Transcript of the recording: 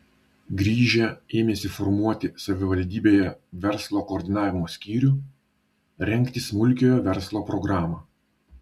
grįžę ėmėsi formuoti savivaldybėje verslo koordinavimo skyrių rengti smulkiojo verslo programą